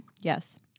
Yes